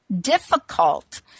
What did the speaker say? difficult